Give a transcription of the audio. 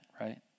right